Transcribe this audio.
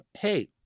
hey